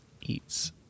eats